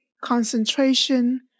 concentration